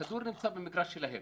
הכדור נמצא במגרש שלהם.